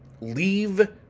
leave